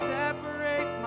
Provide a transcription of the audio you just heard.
separate